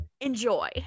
enjoy